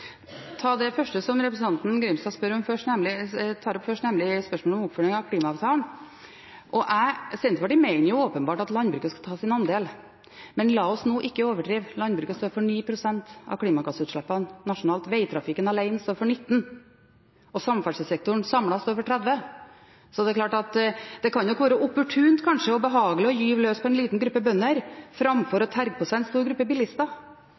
ta det første som representanten spør om, nemlig spørsmålet om oppfølging av klimaavtalen. Senterpartiet mener åpenbart at landbruket skal ta sin andel, men la oss nå ikke overdrive. Landbruket står for 9 pst. av klimagassutslippene nasjonalt. Veitrafikken alene står for 19 pst., og samferdselssektoren samlet står for 30 pst. Det er klart at det kan nok være opportunt og behagelig å gyve løs på en liten gruppe bønder framfor å terge på seg en stor gruppe bilister,